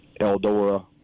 Eldora